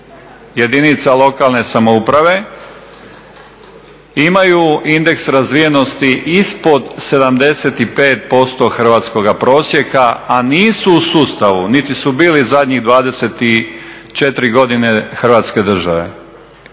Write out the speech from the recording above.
jedinica lokalne samouprave imaju indeks razvijenosti ispod 75% hrvatskoga prosjeka, a nisu u sustavu niti su bili zadnjih 24 godine Hrvatske države